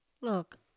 Look